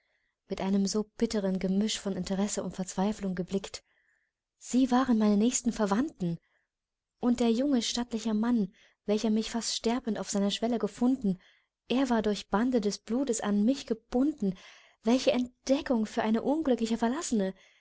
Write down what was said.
mit einem so bitteren gemisch von interesse und verzweiflung geblickt sie waren meine nächsten verwandten und der junge stattliche mann welcher mich fast sterbend auf seiner schwelle gefunden er war durch bande des bluts an mich gebunden welche entdeckung für eine unglückliche verlassene